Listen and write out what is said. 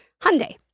Hyundai